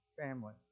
family